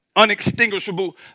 unextinguishable